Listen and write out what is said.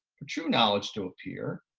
for true knowledge to appear,